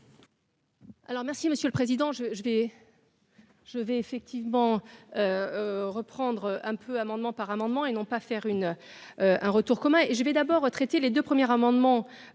Alors merci monsieur le Président, je je vais. Je vais effectivement reprendre un peu amendement par amendement et non pas faire une un retour commun et je vais d'abord traiter les 2 premières amendement